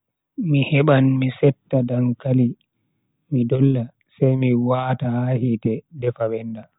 Mi heban mi setta dankali, mi dolla sai mi wata ha hite defa benda.